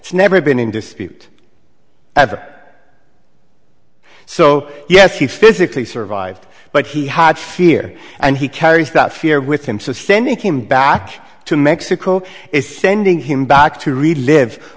it's never been in dispute so yes he physically survived but he had fear and he carries that fear with him so sending him back to mexico is sending him back to relive